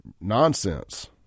Nonsense